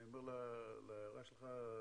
אני אומר להערה שלך,